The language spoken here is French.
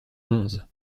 onze